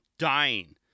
Dying